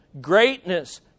greatness